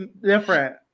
different